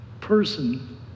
person